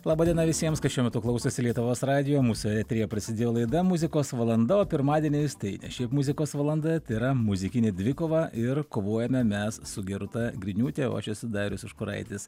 laba diena visiems kas šiuo metu klausosi lietuvos radijo mūsų eteryje prasidėjo laida muzikos valanda pirmadieniais tai ne šiaip muzikos valanda tai yra muzikinė dvikova ir kovojame mes su gerūta griniūte o aš esu darius užkuraitis